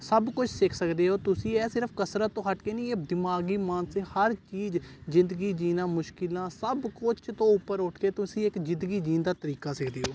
ਸਭ ਕੁਝ ਸਿੱਖ ਸਕਦੇ ਹੋ ਤੁਸੀਂ ਇਹ ਸਿਰਫ ਕਸਰਤ ਤੋਂ ਹੱਟ ਕੇ ਨਹੀਂ ਇਹ ਦਿਮਾਗੀ ਮਾਨਸਿਕ ਹਰ ਚੀਜ਼ ਜ਼ਿੰਦਗੀ ਜਿਉਣਾ ਮੁਸ਼ਕਿਲਾਂ ਸਭ ਕੁਝ ਤੋਂ ਉੱਪਰ ਉੱਠ ਕੇ ਤੁਸੀਂ ਇੱਕ ਜ਼ਿੰਦਗੀ ਜਿਉਣ ਦਾ ਤਰੀਕਾ ਸਿੱਖਦੇ ਹੋ